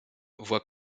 voit